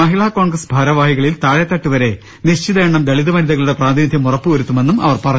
മഹിളാ കോൺഗ്രസ് ഭാരവാഹികളിൽ താഴെത്തട്ട് വരെ നിശ്ചിത എണ്ണം ദളിത് വനിതകളുടെ പ്രാതിനിധ്യം ഉറപ്പ് വരുത്തുമെന്ന് അവർ പറഞ്ഞു